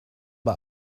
bei